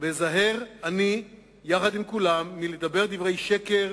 ואזהר, אני, יחד עם כולם, מלדבר דברי שקר,